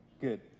Good